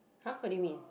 !huh! what do you mean